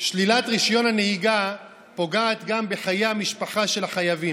שלילת רישיון הנהיגה פוגעת גם בחיי המשפחה של החייבים.